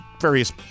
various